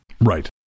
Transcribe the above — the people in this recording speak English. Right